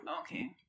okay